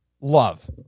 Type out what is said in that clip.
Love